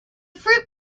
fruit